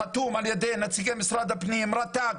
חתום על ידי נציגי משרד הפנים רט"ג,